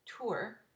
Tour